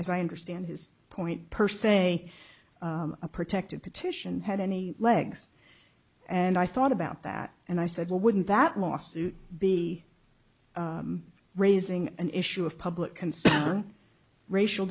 as i understand his point per se a protected petition had any legs and i thought about that and i said well wouldn't that lawsuit be raising an issue of public concern on racial